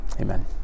Amen